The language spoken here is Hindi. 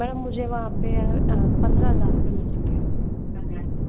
मैडम मुझे वहाँ पर पंद्रह हज़ार रुपए मिलते थे